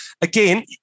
again